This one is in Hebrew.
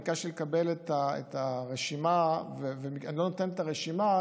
ביקשת לקבל את הרשימה ואני לא נותן את הרשימה,